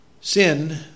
Sin